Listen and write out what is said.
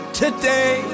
today